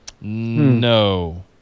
no